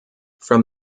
from